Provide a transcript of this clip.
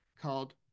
called